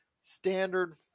standard